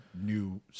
new